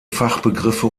fachbegriffe